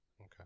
Okay